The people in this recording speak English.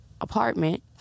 apartment